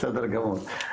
בסדר גמור.